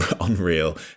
unreal